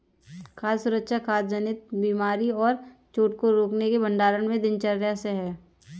खाद्य सुरक्षा खाद्य जनित बीमारी और चोट को रोकने के भंडारण में दिनचर्या से है